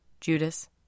Judas